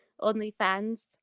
OnlyFans